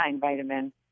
vitamin